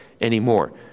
anymore